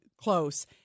close